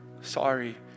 sorry